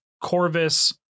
Corvus